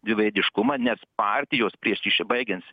dviveidiškumą nes partijos prieš išbaigins